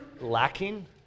lacking